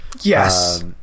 Yes